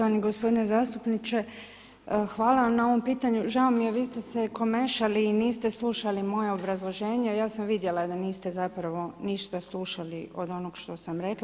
Poštovani gospodine zastupniče, hvala vam na ovom pitanju, žao mi je vi ste se komešali i niste slušali moje obrazloženje, ja sam vidjela da niste zapravo ništa slušali od onog što sam rekla.